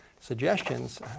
suggestions